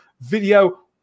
video